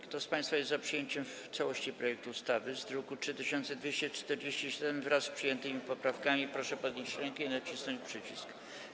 Kto z państwa jest za przyjęciem w całości projektu ustawy z druku nr 3247, wraz z przyjętymi poprawkami, proszę podnieść rękę i nacisnąć przycisk.